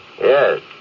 Yes